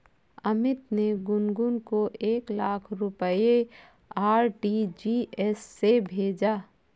अमित ने गुनगुन को एक लाख रुपए आर.टी.जी.एस से भेजा